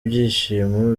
byishimo